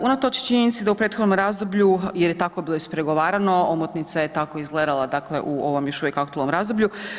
Unatoč činjenici da u prethodnom razdoblju je tako bilo ispregovarano omotnica je tako izgledala u ovom još uvijek aktualnom razdoblju.